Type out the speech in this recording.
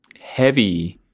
heavy